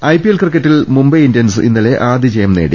IPL ക്രിക്കറ്റിൽ Mumbai Indians ഇന്നലെ ആദ്യ ജയം നേടി